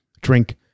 drink